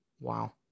Wow